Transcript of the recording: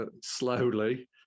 slowly